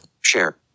share